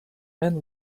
men